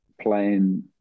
playing